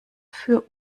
für